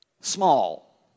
small